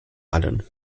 allen